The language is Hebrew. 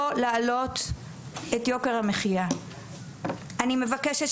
המשלוחים החיים לא תעלה את יוקר המחייה אלא להיפך,